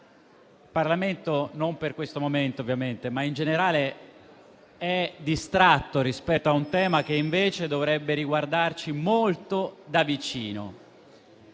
il Parlamento - non per questo momento ovviamente, ma in generale - è distratto rispetto a un tema che invece dovrebbe riguardarci molto da vicino.